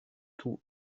tout